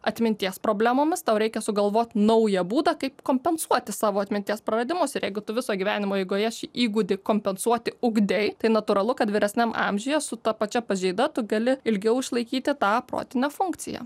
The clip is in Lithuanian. atminties problemomis tau reikia sugalvot naują būdą kaip kompensuoti savo atminties praradimus ir jeigu tu viso gyvenimo eigoje šį įgūdį kompensuoti ugdei tai natūralu kad vyresniam amžiuje su ta pačia pažeida tu gali ilgiau išlaikyti tą protinę funkciją